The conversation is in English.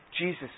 Jesus